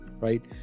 right